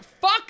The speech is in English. Fuck